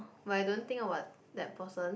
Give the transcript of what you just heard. but I don't think about that person